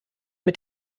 mit